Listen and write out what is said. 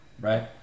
right